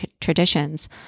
traditions